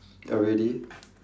already